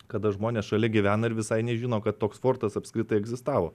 kada žmonės šalia gyvena ir visai nežino kad toks fortas apskritai egzistavo